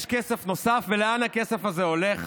יש כסף נוסף, ולאן הכסף הזה הולך?